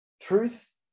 Truth